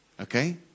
Okay